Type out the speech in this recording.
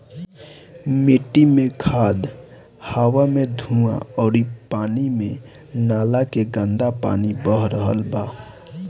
मिट्टी मे खाद, हवा मे धुवां अउरी पानी मे नाला के गन्दा पानी बह रहल बा